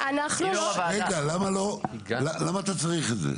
למה אתה צריך את זה?